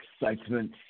excitement